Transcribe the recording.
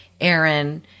Aaron